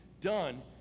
done